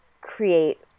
create